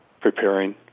preparing